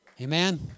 Amen